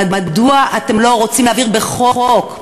מדוע אתם לא רוצים להעביר בחוק,